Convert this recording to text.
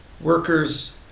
workers